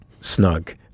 snug